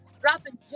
dropping